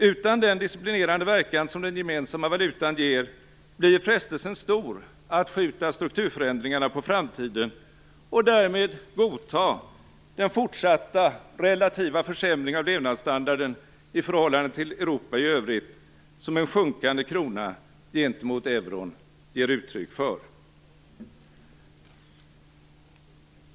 Utan den disciplinerande verkan som den gemensamma valutan ger blir frestelsen stor att skjuta strukturförändringarna på framtiden och därmed godta den fortsatta relativa försämring av levnadsstandarden i förhållande till Europa i övrigt som en sjunkande krona gentemot euron är uttryck för.